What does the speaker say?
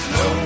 no